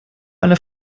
eine